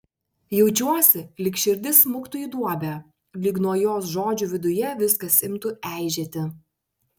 jaučiuosi lyg širdis smuktų į duobę lyg nuo jos žodžių viduje viskas imtų eižėti